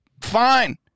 fine